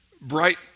bright